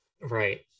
Right